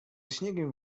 śniegiem